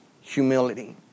humility